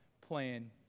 plan